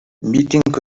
митинг